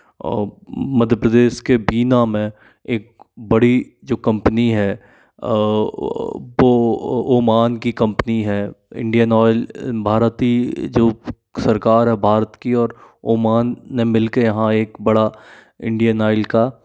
अब मध्य प्रदेश के बीना में एक बड़ी जो कम्पनी है वह ओमान की कम्पनी है इंडियन ऑयल भारतीय जो सरकार है भारत की और ओमान ने मिल कर यहाँ एक बड़ा इंडियन ऑयल का